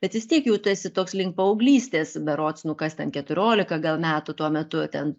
bet vis tiek jau tu esi toks link paauglystės berods nu kas ten keturiolika gal metų tuo metu ten